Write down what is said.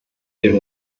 wäre